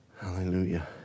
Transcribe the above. Hallelujah